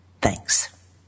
Thanks